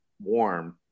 warm